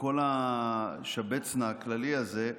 בכל השבץ-נא הכללי הזה.